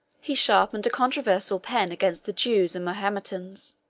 he sharpened a controversial pen against the jews and mahometans